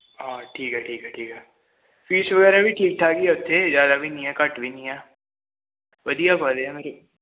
ਹਾਂ ਠੀਕ ਹੈ ਠੀਕ ਹੈ ਠੀਕ ਹੈ ਫੀਸ਼ ਵਗੈਰਾ ਵੀ ਠੀਕ ਠਾਕ ਹੀ ਹੈ ਉੱਥੇ ਜ਼ਿਆਦਾ ਵੀ ਨਹੀਂ ਹੈ ਘੱਟ ਵੀ ਨਹੀਂ ਹੈ ਵਧੀਆ ਕੋਲਜ ਹੈ